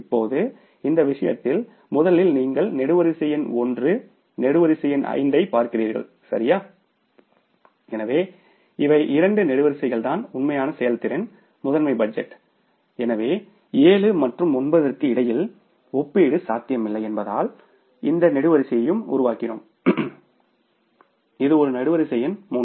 இப்போது இந்த விஷயத்தில் முதலில் நீங்கள் நெடுவரிசை எண் 1 நெடுவரிசை எண் 5 ஐப் பார்க்கிறீர்கள் சரியா எனவே இவை இரண்டு நெடுவரிசைகள்தான் உண்மையான செயல்திறன் மாஸ்டர் பட்ஜெட் எனவே 7 மற்றும் 9 க்கு இடையில் ஒப்பீடு சாத்தியமில்லை என்பதால் இந்த நெடுவரிசையையும் உருவாக்கினோம் இது ஒரு நெடுவரிசை எண் 3